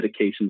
medications